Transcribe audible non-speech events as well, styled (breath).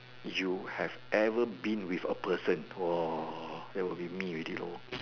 you have ever been with a person !wow! that would be me already lor (breath)